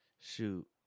Shoot